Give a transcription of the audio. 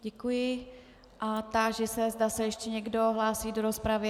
Děkuji a táži se, zda se ještě někdo hlásí do rozpravy.